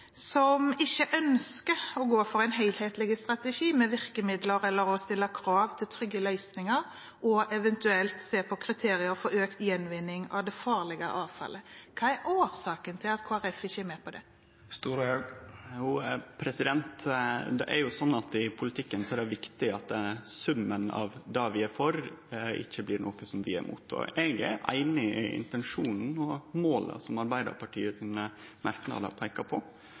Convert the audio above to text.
som ikke ønsker å gå for en helhetlig strategi med virkemidler eller å stille krav til trygge løsninger og eventuelt se på kriterier for økt gjenvinning av det farlige avfallet, blir: Hva er årsaken til at Kristelig Folkeparti ikke er med på det? I politikken er det viktig at summen av det vi er for, ikkje blir noko som vi er imot. Eg er einig i intensjonen og måla som Arbeidarpartiets merknader peikar på,